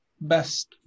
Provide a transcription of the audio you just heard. best